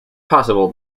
possible